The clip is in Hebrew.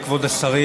כבוד השרים,